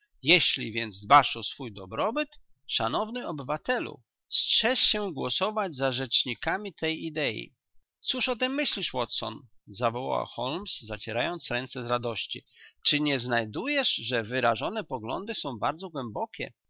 jeżeli więc dbasz o swój dobrobyt szanowny obywatelu strzeż się głosować za rzecznikami tej idei cóż o tem myślisz watson zawołał holmes zacierając ręce z radości czy nie znajdujesz że wyrażone poglądy są bardzo głębokie